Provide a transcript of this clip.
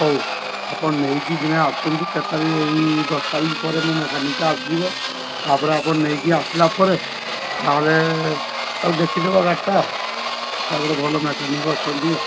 ହଉ ଆପଣ ନେଇକି ଦିନେ ଆସନ୍ତୁ କେତେ ତାରିଖରେ ଏଇ ଦଶ ତ ରିଖ ପରେ ମୋ ମେକାନିକ୍ ଟା ଆସିଯିବ ତାପରେ ଆପଣ ନେଇକି ଆସିଲାପରେ ଯାହାହେଲେ ତାକୁ ଦେଖିଦେବ ଗାଡ଼ିଟା ମୋ ପାଖରେ ଭଲ ମେକାନିକ୍ ଅଛନ୍ତି ଆଉ